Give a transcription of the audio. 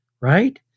right